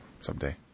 someday